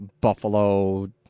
Buffalo